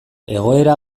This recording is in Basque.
egoera